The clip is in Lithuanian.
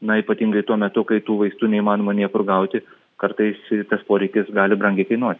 na ypatingai tuo metu kai tų vaistų neįmanoma niekur gauti kartais tas poreikis gali brangiai kainuot